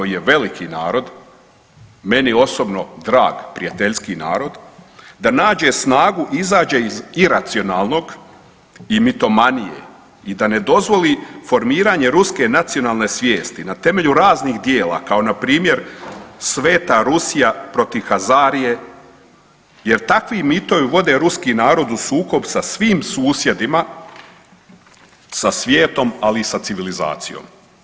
je veliki narod, meni osobno drag, prijateljski narod, da nađe snagu, izađe iz iracionalnog i mitomanije i da ne dozvoli formiranje ruske nacionalne svijesti na temelju raznih djela kao npr. Sveta Rusija protiv hazarije jer takvi mitovi vode ruski narod u sukob sa svim susjedima, sa svijetom ali i sa civilizacijom.